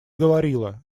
говорила